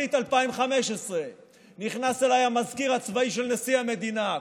במחצית 2015 נכנס אליי המזכיר הצבאי של נשיא המדינה,